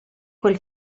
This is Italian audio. quel